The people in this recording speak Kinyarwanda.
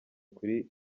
kuri